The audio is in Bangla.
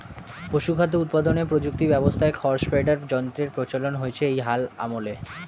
পশুখাদ্য উৎপাদনের প্রযুক্তি ব্যবস্থায় খড় শ্রেডার যন্ত্রের প্রচলন হয়েছে এই হাল আমলে